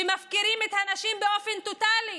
שמפקירים את הנשים באופן טוטלי.